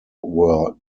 were